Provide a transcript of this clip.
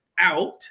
out